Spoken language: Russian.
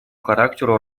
характеру